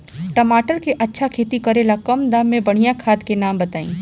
टमाटर के अच्छा खेती करेला कम दाम मे बढ़िया खाद के नाम बताई?